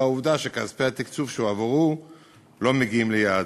העובדה שכספי התקצוב שהועברו לא מגיעים ליעדם.